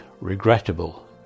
regrettable